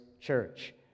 church